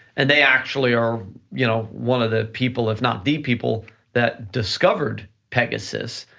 and they actually are, you know one of the people, if not the people that discovered pegasus,